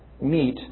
meet